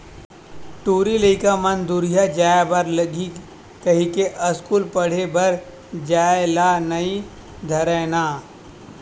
टूरी लइका मन दूरिहा जाय बर लगही कहिके अस्कूल पड़हे बर जाय ल नई धरय ना